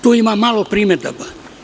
Tu ima malo primedbi.